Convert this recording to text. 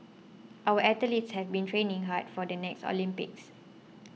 our athletes have been training hard for the next Olympics